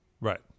Right